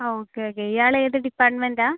ആ okay okay ഇയാൾ ഏത് ഡിപ്പാട്ട്മെൻറ് ആണ്